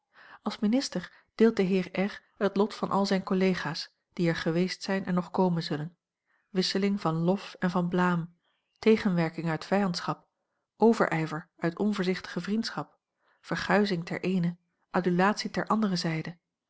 als minister deelt de heer r het lot van al zijne collega's die er geweest zijn en nog komen zullen wisseling van lof en van blaam tegenwerking uit vijandschap overijver uit onvoorzichtige vriendschap verguizing ter eene adulatie ter andere zijde